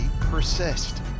persist